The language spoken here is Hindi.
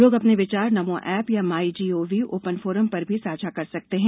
लोग अपने विचार नमो एप या माइजीओवी ओपन फोरम पर भी साझा कर सकते हैं